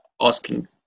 asking